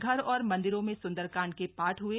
घर और मंदिरों में सुंदरकांड के पाठ हुए